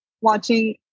watching